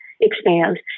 expand